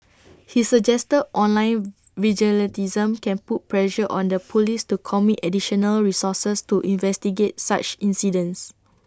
he suggested online vigilantism can put pressure on the Police to commit additional resources to investigate such incidents